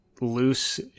loose